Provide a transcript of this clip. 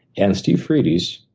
and steve freebies,